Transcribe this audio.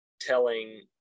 telling